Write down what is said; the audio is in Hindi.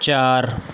चार